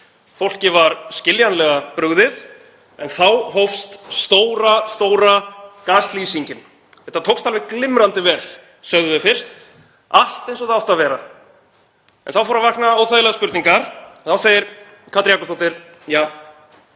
Fólki var skiljanlega brugðið en þá hófst stóra gaslýsingin. Þetta tókst alveg glimrandi vel, sögðu þau fyrst, allt eins og það átti að vera. En þá fóru að vakna óþægilegar spurningar. Þá segir Katrín Jakobsdóttir: Ja,